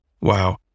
Wow